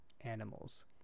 animals